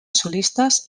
solistes